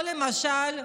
למשל,